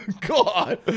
God